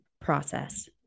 process